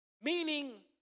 Meaning